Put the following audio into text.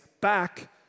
back